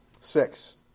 Six